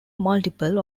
multiple